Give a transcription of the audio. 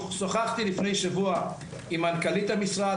שוחחתי לפני שבוע עם מנכ"לית המשרד.